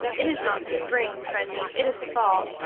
it is not spring, prendy, it is fall,